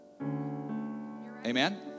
Amen